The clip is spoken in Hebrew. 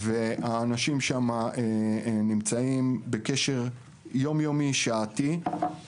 והאנשים שם נמצאים בקשר יומיומי ושעתי.